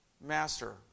master